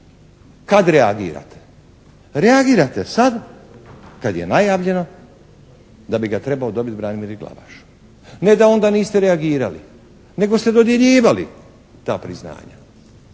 Kad reagirate? Reagirate sada kad je najavljeno da bi ga trebao dobiti Branimir Glavaš. Ne da onda niste reagirali nego ste dodjeljivali ta priznanja,